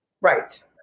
right